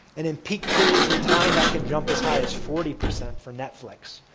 and in peak periods of time, that can jump as high as forty percent for netflix.